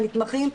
הנתמכים,